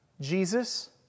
Jesus